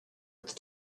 with